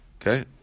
Okay